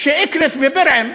שתושבי אקרית ובירעם,